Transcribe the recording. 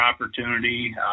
opportunity